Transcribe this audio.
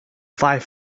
five